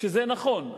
וזה נכון,